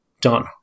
done